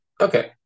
Okay